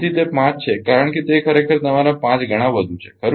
તેથી તે 5 છે કારણ કે તે ખરેખર તમારા 5 ગણા વધુ છે ખરુ ને